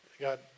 God